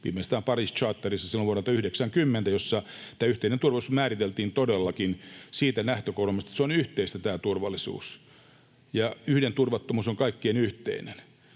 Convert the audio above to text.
silloin Paris Charterissa vuodelta 90, jossa tämä yhteinen turvallisuus määriteltiin todellakin siitä lähtökulmasta, että tämä turvallisuus on yhteistä ja yhden turvattomuus on kaikkien yhteinen.